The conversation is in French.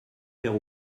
faire